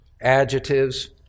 adjectives